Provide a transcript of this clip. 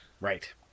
right